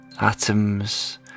atoms